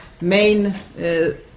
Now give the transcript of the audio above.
main